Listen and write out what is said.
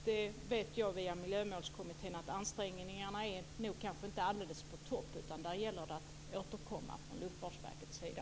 Jag vet via Miljömålskommittén att ansträngningarna inte är alldeles på topp, utan där gäller det att återkomma från Luftfartsverkets sida.